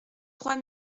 trois